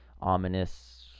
ominous